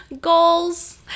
goals